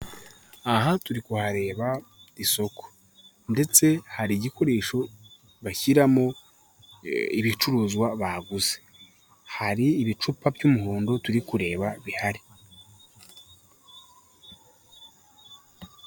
Aha turi kuhareba isoko, ndetse hari igikoresho bashyiramo ibicuruzwa bahaguze hari ibicupa by'umuhondo turi kureba bihari.